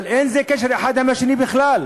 אבל אין קשר בין האחד לשני בכלל.